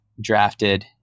drafted